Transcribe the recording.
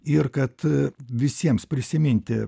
ir kad visiems prisiminti